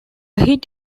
hit